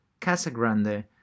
Casagrande